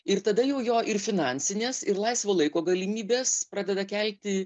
ir tada jau jo ir finansinės ir laisvo laiko galimybės pradeda kelti